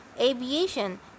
aviation